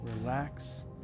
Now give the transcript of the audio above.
relax